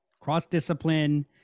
cross-discipline